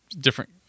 different